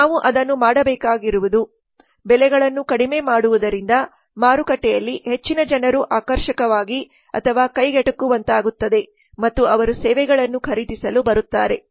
ನಾವು ಅದನ್ನು ಮಾಡಬೇಕಾಗಿರುವುದು ಬೆಲೆಗಳನ್ನು ಕಡಿಮೆ ಮಾಡುವುದರಿಂದ ಮಾರುಕಟ್ಟೆಯಲ್ಲಿ ಹೆಚ್ಚಿನ ಜನರು ಆಕರ್ಷಕವಾಗಿ ಅಥವಾ ಕೈಗೆಟುಕುವಂತಾಗುತ್ತದೆ ಮತ್ತು ಅವರು ಸೇವೆಗಳನ್ನು ಖರೀದಿಸಲು ಬರುತ್ತಾರೆ